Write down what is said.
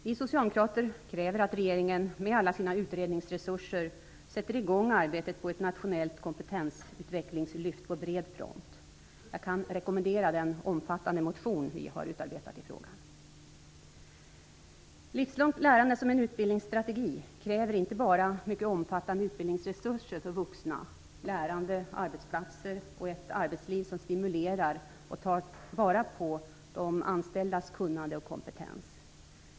Vi socialdemokrater kräver att regeringen med alla sina utredningsresurser sätter i gång arbetet med ett nationellt kompetensutvecklingslyft på bred front. Jag kan rekommendera den omfattande motion som vi har utarbetat i frågan. Livslångt lärande som utbildningsstrategi kräver inte bara mycket omfattande utbildningsresurser för vuxna, lärande arbetsplatser och ett arbetsliv som stimulerar och tar vara på de anställdas kunnande och kompetens.